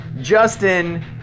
Justin